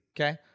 okay